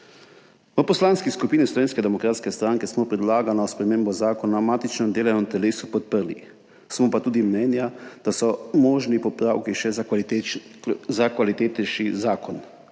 V Poslanski skupini Slovenske demokratske stranke smo predlagano spremembo zakona na matičnem delovnem telesu podprli, smo pa tudi mnenja, da so možni popravki še za kvalitetnejši zakon.